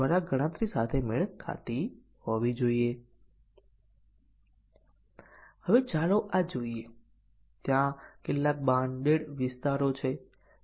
બીજા શબ્દોમાં કહીએ તો MCDC કવરેજ પ્રાપ્ત કરવા માટે જરૂરી ટેસ્ટીંગ કેસોની સંખ્યા બેઝીક કન્ડીશન ની સંખ્યામાં રેખીય છે